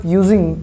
using